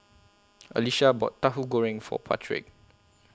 Alicia bought Tahu Goreng For Patrick